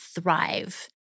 thrive